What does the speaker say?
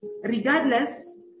regardless